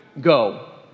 go